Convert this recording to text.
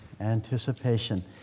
anticipation